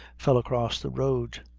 fell across the road.